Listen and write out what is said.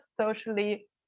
socially